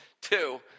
Two